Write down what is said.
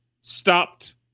stopped